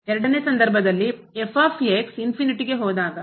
2 ನೇ ಸಂದರ್ಭದಲ್ಲಿ ಹೋದಾಗ